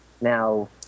now